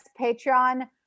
Patreon